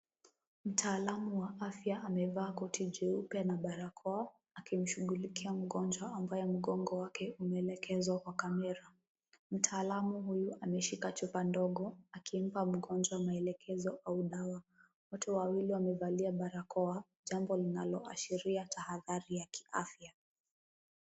Mtaalamu wa afya amevaa koti jeupe na barakoa, akimshughulikia mgonjwa ambaye mgongo wake umeelekezwa kwa kamera. Mtaalamu huyu ameshika chupa ndogo akimpa mgonjwa maelekezo au dawa. Watu wawili wamevalia barakoa, jambo linalo ashiria tahadhari ya kiafya.